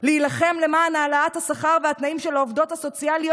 להילחם למען העלאת השכר והתנאים של העובדות הסוציאליות,